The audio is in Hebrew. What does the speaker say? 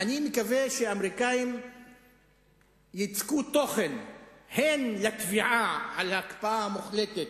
אני מקווה שהאמריקנים ייצקו תוכן הן לתביעה של ההקפאה המוחלטת,